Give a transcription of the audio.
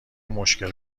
مشکل